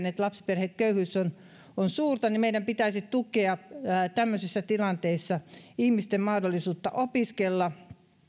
että lapsiperheköyhyys on suurta niin meidän pitäisi tukea tämmöisissä tilanteissa ihmisten mahdollisuutta opiskella